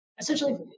essentially